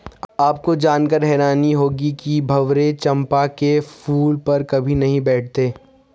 आपको जानकर हैरानी होगी कि भंवरे चंपा के फूल पर कभी नहीं बैठते